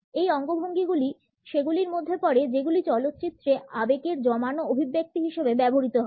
এই অঙ্গভঙ্গি গুলি সেগুলির মধ্যে পড়ে যেগুলি চলচ্চিত্রে আবেগের জমানো অভিব্যক্তি হিসেবে ব্যবহৃত হয়